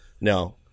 No